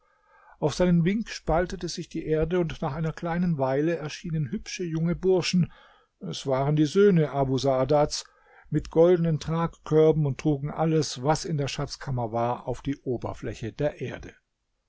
auf seinen wink spaltete sich die erde und nach einer kleinen weile erschienen hübsche junge burschen es waren die söhne abu saadats mit goldenen tragkörben und trugen alles was in der schatzkammer war auf die oberfläche der erde